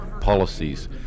policies